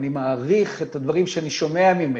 אני מעריך את הדברים שאני שומע ממך,